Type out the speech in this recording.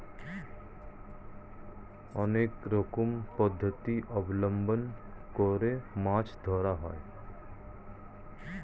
অনেক রকম পদ্ধতি অবলম্বন করে মাছ ধরা হয়